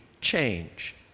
change